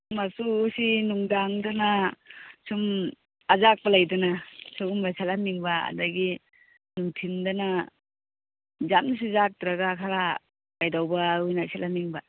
ꯃꯆꯨꯁꯤ ꯅꯨꯡꯗꯥꯡꯗꯅ ꯁꯨꯝ ꯑꯌꯥꯛꯄ ꯂꯩꯗꯅ ꯁꯤꯒꯨꯝꯕ ꯁꯦꯠꯍꯟꯅꯤꯡꯕ ꯑꯗꯨꯒꯤ ꯅꯨꯡꯊꯤꯜꯗꯅ ꯌꯥꯝꯅꯁꯨ ꯌꯥꯛꯇ꯭ꯔꯒ ꯈꯔ ꯀꯩꯗꯧꯕ ꯑꯣꯏꯅ ꯁꯦꯠꯍꯟꯅꯤꯡꯕ